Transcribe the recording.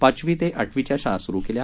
पाचवी ते आठवीच्या शाळा सुरु केल्या